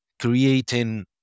creating